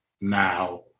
now